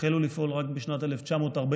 החלו לפעול רק בשנת 1941,